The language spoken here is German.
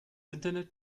internet